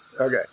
Okay